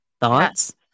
thoughts